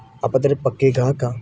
ਆਪਾਂ ਤੇਰੇ ਪੱਕੇ ਗਾਹਕ ਹਾਂ